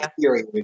period